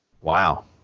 Wow